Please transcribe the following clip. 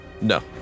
No